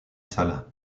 salah